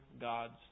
God's